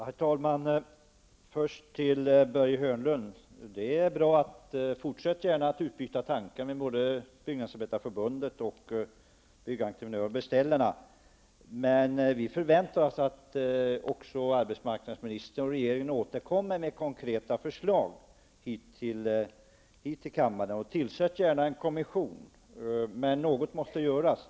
Herr talman! Först till Börje Hörnlund: Fortsätt gärna att utbyta tankar med både Byggnadsarbetareförbundet och byggentreprenörer och beställare, men vi förväntar oss att arbetsmarknadsministern och regeringen återkommer med konkreta förslag hit till kammaren. Tillsätt gärna en kommission, men något måste göras.